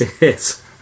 Yes